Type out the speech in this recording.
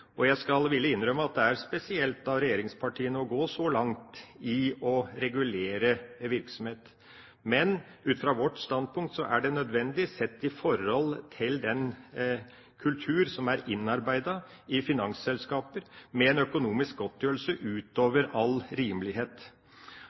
og jeg skal villig innrømme at det er spesielt av regjeringspartiene å gå så langt i å regulere virksomhet. Men ut fra vårt standpunkt er det nødvendig sett i forhold til den kultur som er innarbeidet i finansselskaper, med en økonomisk godtgjørelse